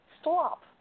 Stop